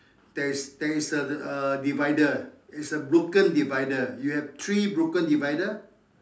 there is there is a a divider it's a broken divider you have three broken divider